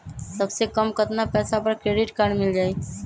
सबसे कम कतना पैसा पर क्रेडिट काड मिल जाई?